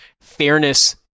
fairness